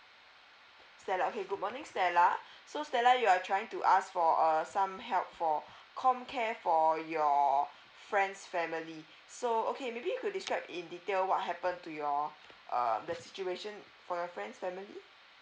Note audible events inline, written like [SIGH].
stella okay good morning stella so stella you are trying to ask for uh some help for [BREATH] comcare for your friend's family so okay maybe you could describe in detail what happen to your um the situation for your friend's family